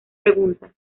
pregunta